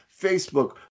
Facebook